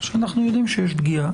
שאנחנו יודעים שיש פגיעה,